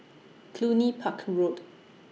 Cluny Park Road